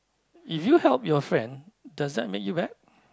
if you help your friend does that make you bad